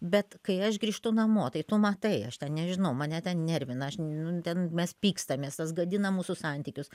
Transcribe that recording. bet kai aš grįžtu namo tai tu matai aš ten nežinau mane ten nervina aš nu ten mes pykstamės tas gadina mūsų santykius